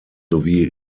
sowie